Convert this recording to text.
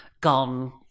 gone